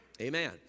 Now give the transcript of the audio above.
Amen